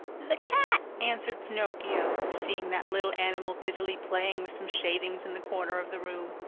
the cat, answered pinocchio, seeing that little animal busily playing with some shavings in the corner of the room.